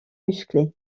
musclé